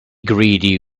greedy